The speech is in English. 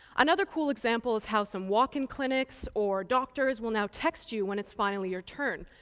another cool example is how some walk-in clinics or doctors will now text you when it's finally your turn,